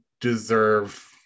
deserve